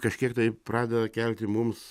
kažkiek tai pradeda kelti mums